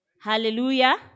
Hallelujah